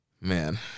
Man